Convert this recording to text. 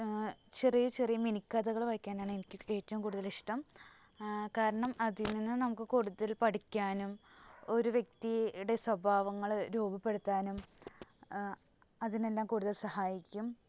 ചെറിയ ചെറിയ മിനിക്കഥകള് വായിക്കാനാണ് എനിക്ക് ഏറ്റവും കൂടുതലിഷ്ടം കാരണം അതില് നിന്ന് നമുക്ക് കൂടുതല് പഠിക്കാനും ഒരു വ്യക്തിയുടെ സ്വഭാവങ്ങള് രൂപപ്പെടുത്താനും അതിനെല്ലാം കൂടുതല് സഹായിക്കും